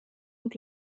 und